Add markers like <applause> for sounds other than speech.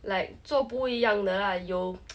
like 做不一样的 lah 有 <noise>